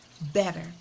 better